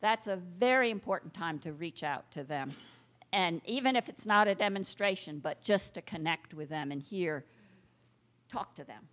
that's a very important time to reach out to them and even if it's not a demonstration but just to connect with them and hear talk to them